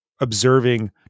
observing